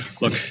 Look